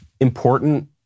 important